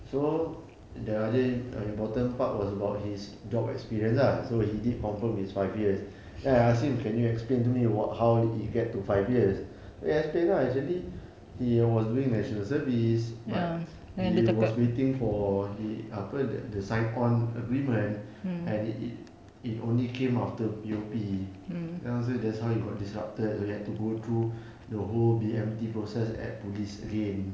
so the other ah important part was about his job experience lah so he did confirm his five years then I ask him can you explain to me what how did he get to five years then he explain lah actually he was doing national service but he was waiting for he apa the the sign on agreement and it it it only came after P_O_P and also that's how he got disrupted he had to go through the whole B_M_T process at police again